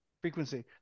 frequency